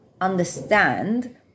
understand